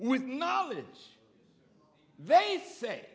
with knowledge they say